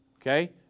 Okay